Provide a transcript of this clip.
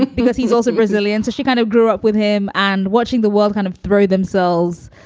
because he's also brazilian. so she kind of grew up with him and watching the world kind of through themselves,